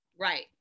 Right